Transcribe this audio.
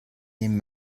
den